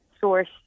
source